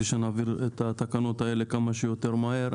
ושנעביר את התקנות האלה כמה שיותר מהר.